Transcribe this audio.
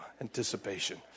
anticipation